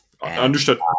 Understood